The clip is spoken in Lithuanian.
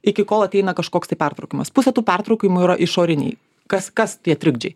iki kol ateina kažkoksai pertraukimas pusė tų pertraukimų yra išoriniai kas kas tie trikdžiai